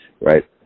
right